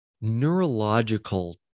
neurological